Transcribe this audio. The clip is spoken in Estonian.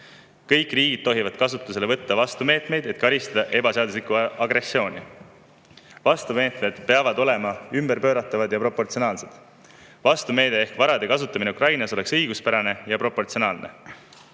Kõik riigid tohivad kasutusele võtta vastumeetmeid, et karistada ebaseaduslikku agressiooni. Vastumeetmed peavad olema ümberpööratavad ja proportsionaalsed. [Venemaa] varade kasutamine Ukrainas oleks õiguspärane ja proportsionaalne